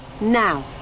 Now